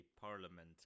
Parliament